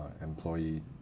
employee